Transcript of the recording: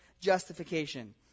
justification